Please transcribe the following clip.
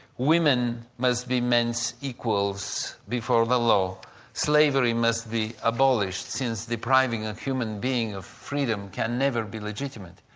women must be men's equals before the law slavery must be abolished, since depriving a human being of freedom can never be legitimate.